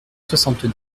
soixante